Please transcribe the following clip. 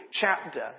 chapter